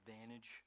advantage